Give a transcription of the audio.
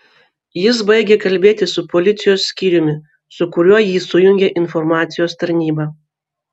jis baigė kalbėti su policijos skyriumi su kuriuo jį sujungė informacijos tarnyba